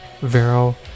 vero